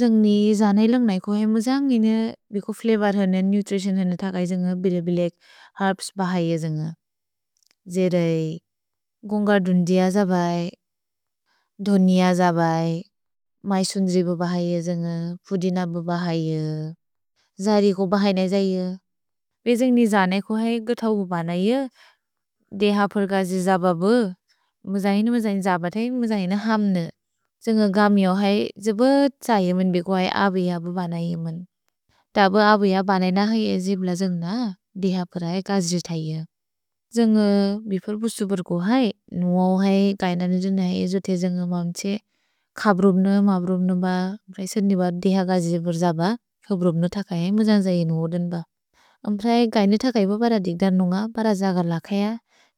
जन्ग्नि जानै लन्ग् नै कुअ है मुजान्गिने बिकु फ्लवोर् हने, नुत्रितिओन् हने थगै जन्ग बिल-बिलैक् हर्प्स् बहैअ जन्ग। जेरै गुन्ग दुन्दिअ जबै, धोनिअ जबै, मैसुन्द्रि बहैअ जन्ग, पुदिन बहैअ, जरि को बहैन जैअ। पे जन्ग्नि जानै कुअ है गथौ बनै देह फोल्कजि जबबु, मुजाहिने मुजाहिने जबतैन्, मुजाहिने हम्न। जन्ग गमिऔ है, जब त्स येमेन् बिकु है अबु यबु बनै येमेन्। तब अबु यबु बनै न है एजिब्ल जन्ग देह फोल्कजि थगै हैन्। जन्ग बिफेर् बुसु बेर्को है, नुऔ है कैनने दुन् हैन्, एजो थे जन्ग मम्छे खब् रुब्न, मब् रुब्न ब, प्रए सुन्दिब देह घजि जिबुर् जब, खब् रुब्न थगै हैन्, मुजाहिने जाहिने होदन् ब। अम्प्रए कैनने थगै ब बर दिग्द नुन्ग, बर जगर् लकय,